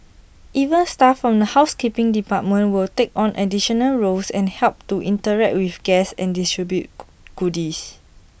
even staff from the housekeeping department will take on additional roles and help to interact with guests and distribute goodies